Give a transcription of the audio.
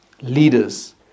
leaders